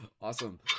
Awesome